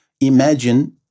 Imagine